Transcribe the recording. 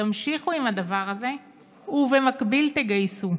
תמשיכו עם הדבר הזה ובמקביל תגייסו.